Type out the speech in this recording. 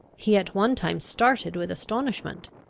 he at one time started with astonishment,